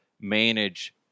manage